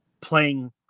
playing